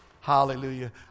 Hallelujah